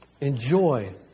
Enjoy